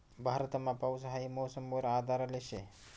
भारतमा पाऊस हाई मौसम वर आधारले शे